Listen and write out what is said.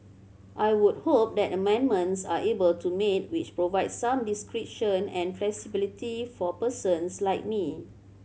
I would hope that amendments are able to made which provide some discretion and flexibility for persons like me